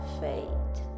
fate